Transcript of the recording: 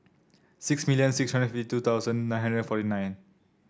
six million six hundred fifty two thousand nine hundred forty nine